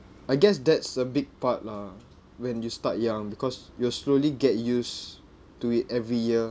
I guess that's a big part lah when you start young because you will slowly get used to it every year